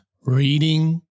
Reading